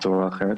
בצורה אחרת.